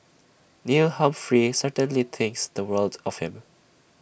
Neil Humphrey certainly thinks the world of him